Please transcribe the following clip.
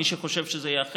מי שחושב שזה יהיה אחרת,